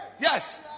Yes